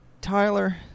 Tyler